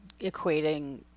equating